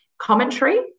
commentary